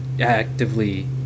actively